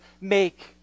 make